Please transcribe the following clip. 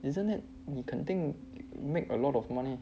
isn't it 你肯定 make a lot of money